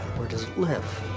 where does it live?